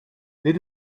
dit